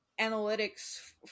analytics